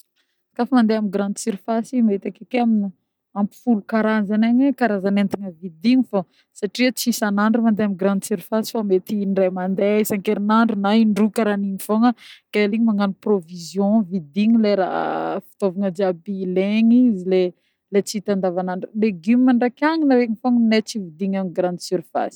Koàfa mandeha amin'ny grande surface mety akeke amina ampy folo karazany agny karazana entagna vidigny fô satria tsy isanandro mandeha amin'ny grande surface fô mety in-dre mandeha isa-kerinandro na in-droa karan'igny fogna ke igny magnano provision vidigny le raha fitôvagna jiaby ilegny izy le tsy hita andavanandro, légume ndreky agnana regny fogna ninineh tsy vidigny amin'ny grande surface.